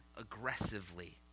aggressively